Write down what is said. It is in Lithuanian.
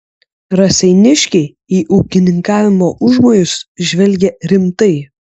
raseiniškiai į ūkininkavimo užmojus žvelgė rimtai